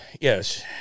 Yes